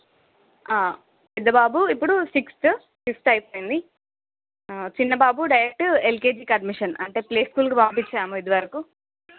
పెద్దబాబు ఇప్పుడు sixth fifth అయిపోయింది చిన్నబాబు డైరెక్ట్ ఎల్కేజీకి అడ్మిషన్ అంటే ప్లే స్కూల్కి పంపించాము ఇదివరకు